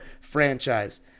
franchise